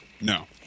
No